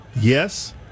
yes